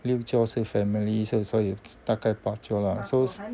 六桌是 family so 所以大概八桌 lah so